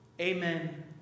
amen